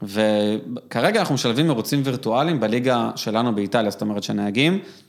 וכרגע אנחנו משלבים ערוצים וירטואליים בליגה שלנו באיטליה, זאת אומרת שנהגים